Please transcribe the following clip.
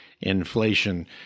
inflation